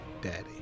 daddy